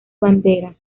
banderas